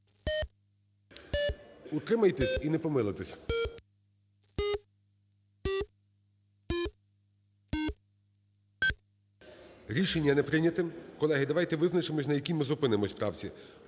Утримайтесь і не помилитесь. 13:58:22 За-28 Рішення не прийнято. Колеги, давайте визначимось на якій ми зупинимось правці.